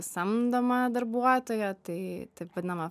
samdoma darbuotoja tai taip vadinama